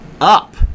up